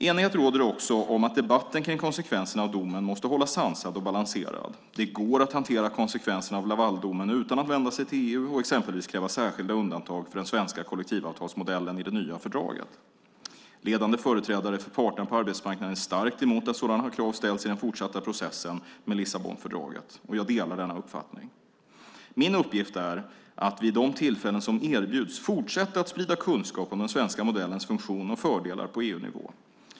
Enighet råder också om att debatten kring konsekvenserna av domen måste hållas sansad och balanserad. Det går att hantera konsekvenserna av Lavaldomen utan att vända sig till EU och exempelvis kräva särskilda undantag för den svenska kollektivavtalsmodellen i det nya fördraget. Ledande företrädare för parterna på arbetsmarknaden är starkt emot att sådana krav ställs i den fortsatta processen med Lissabonfördraget. Jag delar denna uppfattning. Min uppgift är att vid de tillfällen som erbjuds fortsätta att sprida kunskap om den svenska modellens funktion och fördelar på EU-nivå.